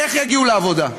איך יגיעו לעבודה,